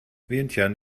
vientiane